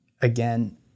again